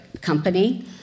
company